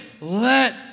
Let